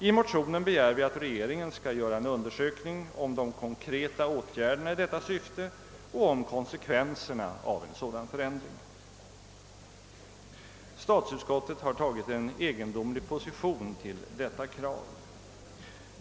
I motionen begär vi att regeringen skall göra en undersökning om de konkreta åtgärderna i detta syfte och om konsekvenserna av en sådan förändring. Statsutskottet har tagit en egendomlig position till detta krav.